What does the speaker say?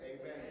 Amen